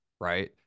right